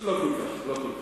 לא כל כך, לא כל כך.